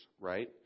right